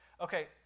Okay